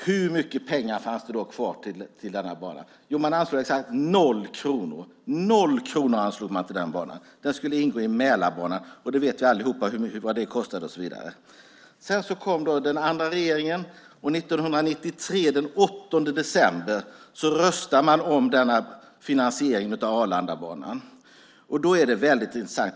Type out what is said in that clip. Hur mycket pengar fanns kvar till denna bana? Jo, man anslog exakt noll kronor. Noll kronor anslog man till banan. Den skulle ingå i Mälarbanan, och vi vet allihop vad det kostade. Sedan kom den andra regeringen, och den 8 december 1993 röstar man om denna finansiering av Arlandabanan. Det är väldigt intressant.